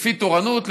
לפי תורנות,